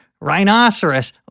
rhinoceros